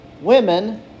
Women